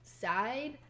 side